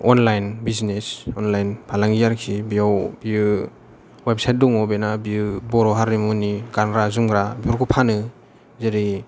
online business online फालांगि आरोखि बियाव बियो वेबसायट दङ बिना बियो बर' हारिमुनि गानग्रा जोमग्रा फोरखो फानो जेरै